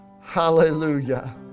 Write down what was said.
Hallelujah